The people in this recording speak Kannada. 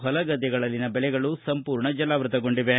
ಹೊಲ ಗದ್ದೆಗಳಲ್ಲಿನ ಬೆಳೆಗಳು ಸಂಪೂರ್ಣ ಜಲಾವೃತಗೊಂಡಿವೆ